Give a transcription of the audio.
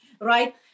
right